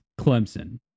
Clemson